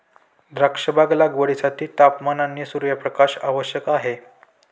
द्राक्षबाग लागवडीसाठी तापमान आणि सूर्यप्रकाश आवश्यक आहे